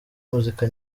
muzika